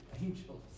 angels